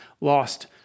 lost